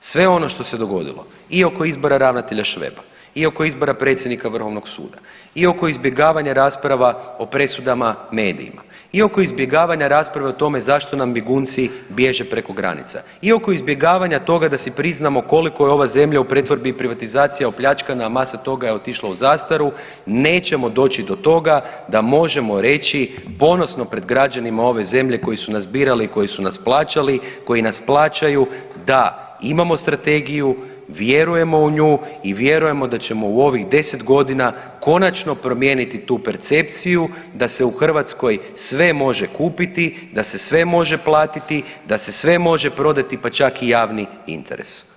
Sve ono što se dogodilo i oko izbora ravnatelja Šveba, i oko izbora predsjednika Vrhovnog suda i oko izbjegavanja rasprava o presudama medijima, i oko izbjegavanja rasprava o tome zašto nam bjegunci bježe preko granica, i oko izbjegavanja toga da si priznamo koliko je ova zemlja u pretvorbi i privatizaciji opljačkana, a masa toga je otišla u zastaru nećemo doći do toga da možemo reći ponosno pred građanima ove zemlje koji su nas birali i koji su nas plaćali i koji nas plaćaju da imamo strategiju, vjerujemo u nju i vjerujemo da ćemo u ovih deset godina konačno promijeniti tu percepciju da se u Hrvatskoj sve može kupiti, da se sve može platiti, da se sve može prodati pa čak i javni interes.